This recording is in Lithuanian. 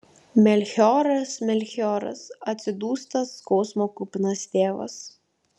melchioras melchioras atsidūsta skausmo kupinas tėvas